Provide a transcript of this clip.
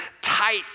tight